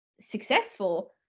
successful